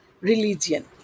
religion